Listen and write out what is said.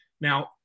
Now